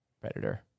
Predator